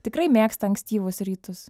tikrai mėgsta ankstyvus rytus